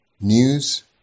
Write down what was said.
news